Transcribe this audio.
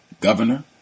governor